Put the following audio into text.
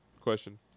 question